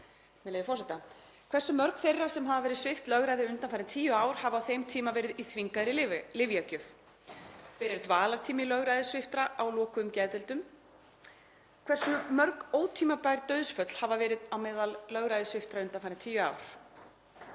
með leyfi forseta: „1. Hversu mörg þeirra sem hafa verið svipt lögræði undanfarin tíu ár hafa á þeim tíma verið í þvingaðri lyfjagjöf? 2. Hver er dvalartími lögræðissviptra á lokuðum geðdeildum? […] 3. Hversu mörg ótímabær dauðsföll hafa verið meðal lögræðissviptra undanfarin tíu ár?“